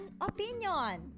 opinion